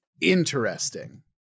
Interesting